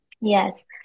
Yes